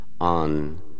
on